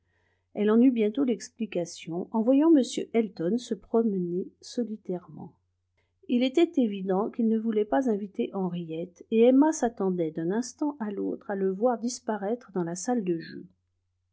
elle en eut bientôt l'explication en voyant m elton se promener solitairement il était évident qu'il ne voulait pas inviter henriette et emma s'attendait d'un instant à l'autre à le voir disparaître dans la salle de jeu